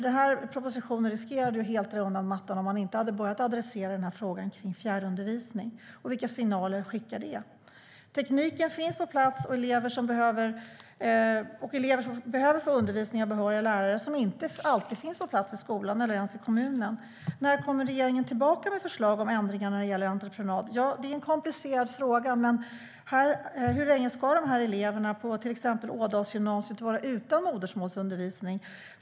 Denna proposition riskerade att helt dra undan mattan för skolor och kommuner om man inte hade börjat adressera frågan om fjärrundervisning. Vilka signaler skickar det? Tekniken finns på plats, och elever behöver få undervisning av behöriga lärare som inte alltid finns på plats i skolan eller ens i kommunen. När kommer regeringen tillbaka med förslag om ändringar när det gäller entreprenad? Det är en komplicerad fråga, men hur länge ska dessa elever på till exempel Ådasgymnasiet vara utan modersmålsundervisning?